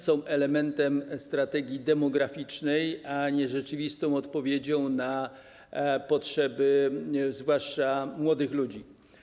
Są elementem strategii demograficznej, a nie rzeczywistą odpowiedzią na potrzeby, zwłaszcza potrzeby młodych ludzi.